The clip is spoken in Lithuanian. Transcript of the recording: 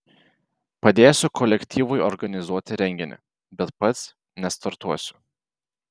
padėsiu kolektyvui organizuoti renginį bet pats nestartuosiu